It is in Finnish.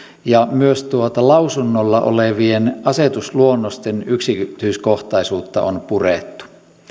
ja myös tuota lausunnolla olevien asetusluonnosten yksityiskohtaisuutta on purettu